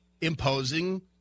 imposing